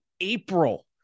April